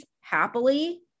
happily